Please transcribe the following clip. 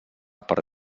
per